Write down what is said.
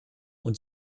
und